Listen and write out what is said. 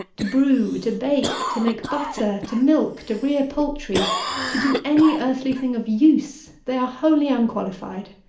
to brew, to bake, to make butter, to milk, to rear poultry to do any earthly thing of use they are wholly unqualified.